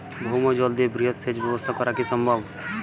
ভৌমজল দিয়ে বৃহৎ সেচ ব্যবস্থা করা কি সম্ভব?